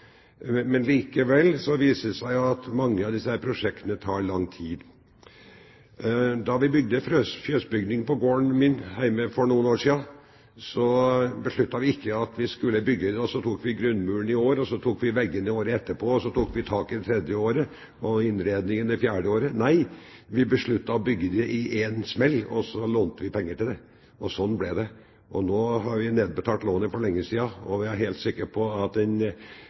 men likevel viser det seg at mange av disse prosjektene tar lang tid. Da vi bygde fjøsbygning på gården min hjemme for noen år siden, besluttet vi ikke at vi skulle bygge grunnmuren det ene året, veggene året etterpå, taket det tredje året og innredningen det fjerde året. Nei, vi besluttet å bygge det i en smell, og så lånte vi penger til det. Slik ble det. Nå har vi nedbetalt lånet for lenge siden, og vi er helt sikre på at avkastningen fra driften i fjøset har ført til en bedre økonomi – selv om den